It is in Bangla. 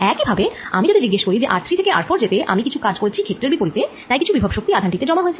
একই ভাবে আমি যদি জিজ্ঞেস করি যে r3 থেকে r4 যেতে আমি কিছু কাজ করেছি ক্ষেত্রের বিপরীতে তাই কিছু বিভব শক্তি আধান টি তে জমা হয়েছে